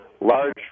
large